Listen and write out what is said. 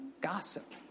gossip